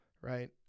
Right